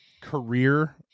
career